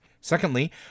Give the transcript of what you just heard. Secondly